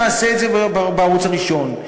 נעשה את זה בערוץ הראשון.